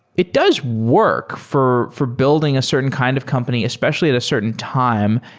it does work for for building a certain kind of company, especially at a certain time.